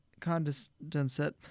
condensate